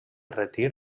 retir